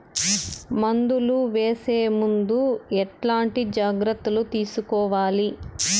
మందులు వేసే ముందు ఎట్లాంటి జాగ్రత్తలు తీసుకోవాలి?